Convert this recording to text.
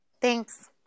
thanks